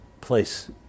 place